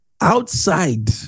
outside